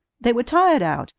they were tired out,